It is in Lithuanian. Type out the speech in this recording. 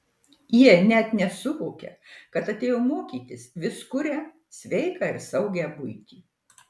jie net nesuvokia kad atėjo mokytis vis kuria sveiką ir saugią buitį